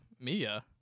Mia